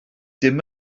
dim